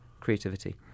creativity